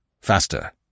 faster